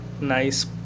nice